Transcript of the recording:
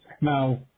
now